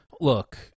look